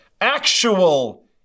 actual